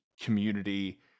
community